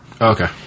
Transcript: Okay